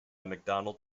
macdonald